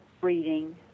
breeding